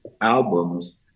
albums